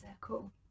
circle